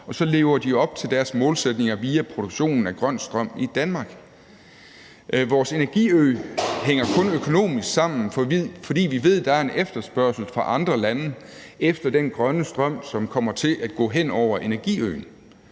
og så lever de op til deres målsætninger via produktionen af grøn strøm i Danmark. Vores energiø hænger kun økonomisk sammen, fordi vi ved, der er en efterspørgsel fra andre lande efter den grønne strøm, som kommer til at gå hen over energiøen.